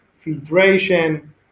filtration